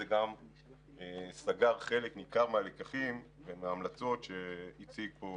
זה סגר חלק ניכר מהלקחים וההמלצות שהציג פה